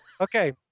Okay